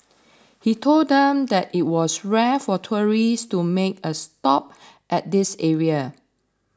he told them that it was rare for tourists to make a stop at this area